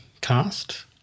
cast